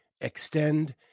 Extend